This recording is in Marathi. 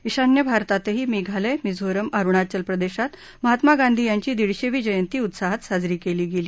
ईशान्य भारतातही मेघालय मिझोराम अरुणाचल प्रदेशात महात्मा गांधी यांची दीडशेवी जयंती उत्साहात साजरी केली गेली